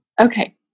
Okay